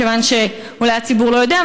מכיוון שאולי הציבור לא יודע,